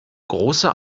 großer